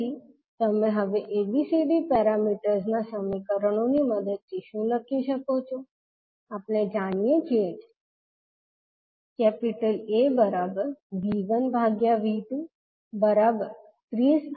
તેથી તમે હવે ABCD પેરામીટર્સ ના સમીકરણો ની મદદથી શું લખી શકો છો આપણે જાણીએ છીએ કે AV1V230I117I11